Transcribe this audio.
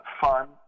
fun